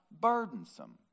burdensome